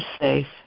safe